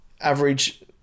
average